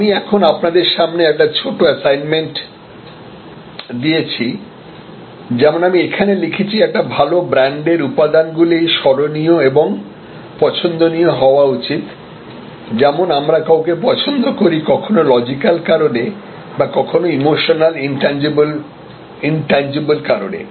আমি এখন আপনাদের সামনে একটি ছোট অ্যাসাইনমেন্ট দিয়েছি যেমন আমি এখানে লিখেছি একটি ভাল ব্র্যান্ডের উপাদানগুলি স্মরণীয় এবং পছন্দনীয় হওয়া উচিত যেমন আমরা কাউকে পছন্দ করি কখনো লজিক্যাল কারণে এবং কখনো ইমোশনালইনট্যানজিবল কারণে